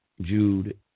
Jude